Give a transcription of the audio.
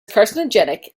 carcinogenic